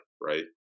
right